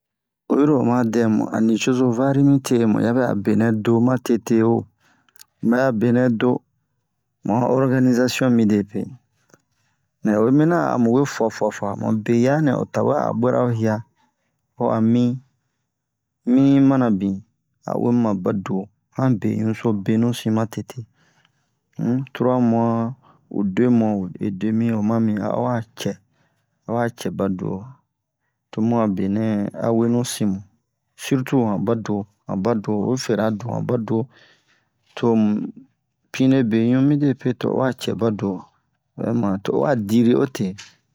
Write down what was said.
Oyi ro oma dɛmu a nicozo vari mite mu ya bɛ'a benɛ do ma tete wo mu bɛ'a benɛ do mu a organizasiyon midepe mɛ oyi mina a mu we fua-fua fua-fua mu be yanɛ o tawe a bɛra o hiya ho a mi mi yi mana bin a'o we mu ma baduwo han beɲu so benu si ma tete um tura-mu'a u demu'a-e-demi o ma mi a'o wa cɛ awa cɛ baduwo tomu a benɛ a wenu sin mu sirtu han baduwo han baduwo oyi fera du han baduwo tomu pine beɲu midepe to o wa cɛ baduwo o bɛ mare to o wa diri o te